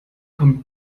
kommt